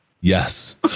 Yes